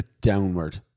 Downward